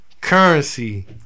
Currency